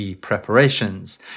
preparations